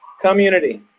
community